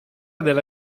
della